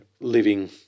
living